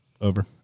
Over